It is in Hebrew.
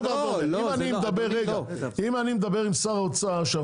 אם אני מדבר עם שר האוצר על זה שאנחנו